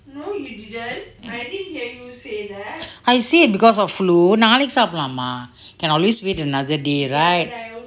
I said because of flu நாளைக்கு சாப்பலூம்:nalaikku saapalaam mah can always eat another day right